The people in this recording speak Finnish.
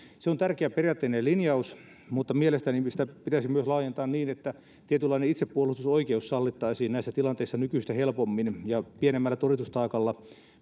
on tärkeä periaatteellinen linjaus mutta mielestäni sitä pitäisi myös laajentaa niin että tietynlainen itsepuolustusoikeus sallittaisiin näissä tilanteissa nykyistä helpommin ja pienemmällä todistustaakalla